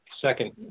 second